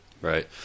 right